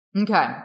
Okay